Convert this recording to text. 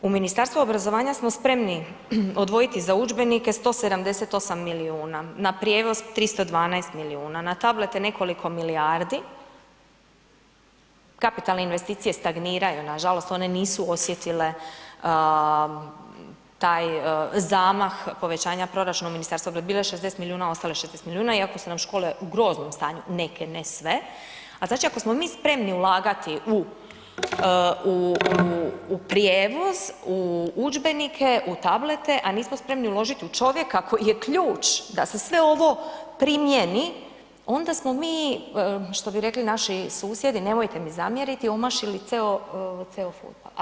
U Ministarstvu obrazovanja smo spremni odvojiti za udžbenike 178 milijuna, na prijevoz 312 milijuna, na tablete nekoliko milijardi, kapitalne investicije stagniraju nažalost, one nisu osjetile taj zamah povećanja proračuna u Ministarstvu obrazovanja, bila je 60 milijuna, ostala je 60 milijuna iako su nam škole u groznom stanju neke, ne sve, a znači ako smo mi spremni ulagati u prijevoz, u udžbenike, u tablete a nismo spremni uložiti u čovjeka koji je ključ da se sve ovo primjeni, onda smo mi što bi rekli naši susjedi, nemojte mi zamjeriti omašili ceo futbal.